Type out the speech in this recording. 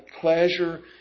pleasure